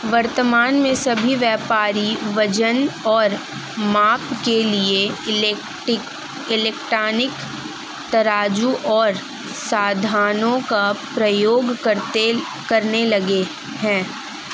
वर्तमान में सभी व्यापारी वजन और माप के लिए इलेक्ट्रॉनिक तराजू ओर साधनों का प्रयोग करने लगे हैं